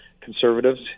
conservatives